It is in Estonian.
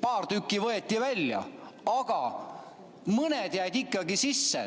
paar tükki võeti välja, aga mõned jäid ikkagi sisse.